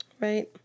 Right